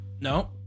no